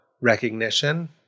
recognition